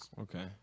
Okay